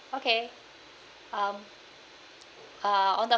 okay um uh on the